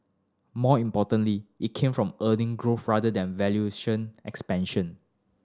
more importantly it came from earning growth rather than valuation expansion